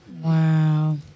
Wow